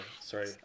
sorry